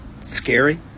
scary